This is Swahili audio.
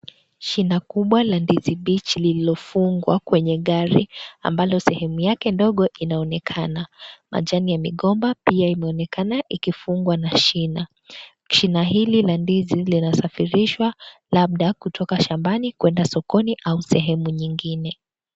Shina kubwa la ndizi mbichi lililofungwa kwenye gari, ambalo sehemu yake ndogo inaonekana. Majani ya migomba pia imeonekana ikifungwa na shina. Shina hili la ndizi, linasafirishwa labda, kutoka shambani kwenda sokoni au sehemu nyingine.